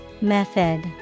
method